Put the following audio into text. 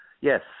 Yes